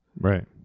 Right